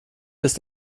ist